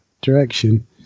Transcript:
direction